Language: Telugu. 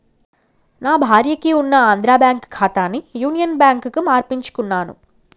నా భార్యకి ఉన్న ఆంధ్రా బ్యేంకు ఖాతాని యునియన్ బ్యాంకుకు మార్పించుకున్నాను